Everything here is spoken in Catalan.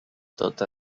tot